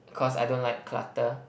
cause I don't like clutter